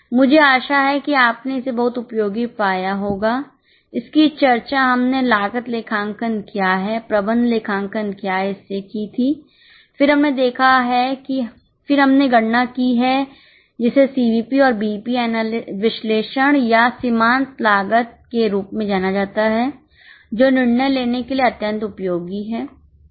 मुझे आशा है कि आपने इसे बहुत उपयोगी पाया होगा इसकी चर्चा हमने लागत लेखांकन क्या है प्रबंधन लेखांकन क्या हैइससे की थी फिर हमने देखा है फिर हमने गणना की है जिसे सीवीपी और बीईपी विश्लेषण या सीमांत लागत के रूप में जाना जाता है जो निर्णय लेने के लिए अत्यंत उपयोगी है